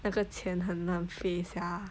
那个钱很浪费 sia